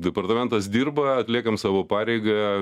departamentas dirba atliekam savo pareigą